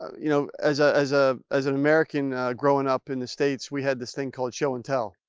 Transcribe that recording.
you know as ah as ah as an american growing up in the states we had this thing called show and tell.